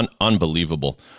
unbelievable